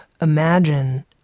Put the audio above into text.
imagine